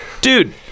Dude